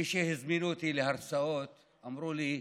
מי שהזמינו אותי להרצאות אמרו לי: